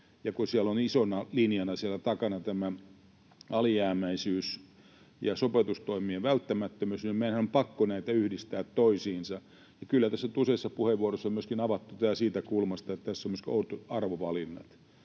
kun siellä takana on isona linjana tämä alijäämäisyys ja sopeutustoimien välttämättömyys, niin meidänhän on pakko näitä yhdistää toisiinsa. Kyllä tässä nyt useissa puheenvuoroissa on myöskin avattu tämä siitä kulmasta, että tässä on myöskin oudot arvovalinnat.